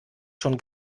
schon